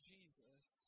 Jesus